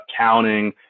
accounting